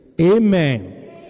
amen